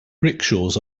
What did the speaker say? rickshaws